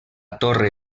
torre